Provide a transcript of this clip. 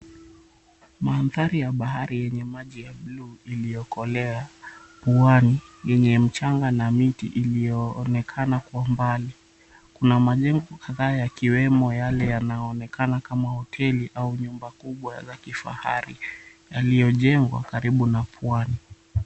Mandhari ya bahari yenye maji ya buluu iliyokolea pwani yenye mchanga na mti iliyoonekana kwa mbali. Kuna majengo kadhaa yakiwemo yale yanayoonekana kama hoteli au nyumba kubwa za kifahari yaliyojengwa karibu na pwani.